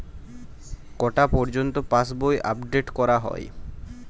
কটা পযর্ন্ত পাশবই আপ ডেট করা হয়?